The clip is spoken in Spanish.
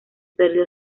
perdió